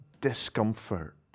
discomfort